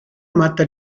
mata